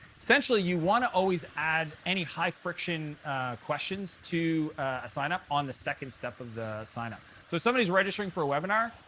essentially, you want to always add any high friction questions to ah sign-up on the second step of the sign-up. so somebody is registering for a webinar.